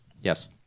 Yes